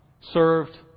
served